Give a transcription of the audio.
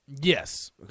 Yes